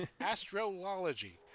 astrology